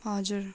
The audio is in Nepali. हजुर